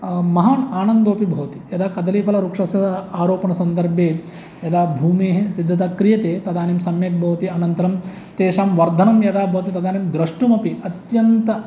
महान् आनन्दोऽपि भवति यदा कदलीफलवृक्षस्य आरोपणसन्दर्भे यदा भूमेः सिद्धता क्रियते तदानीं सम्यक् भवति अनन्तरं तेषां वर्धनं यदा भवति तदानीं द्रष्टुमपि अत्यन्त